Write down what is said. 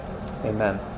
amen